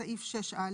בסעיף 6א